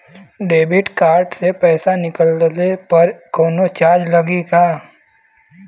Debit card से पैसा निकलले पर कौनो चार्ज लागि का?